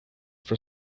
for